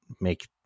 make